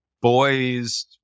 boys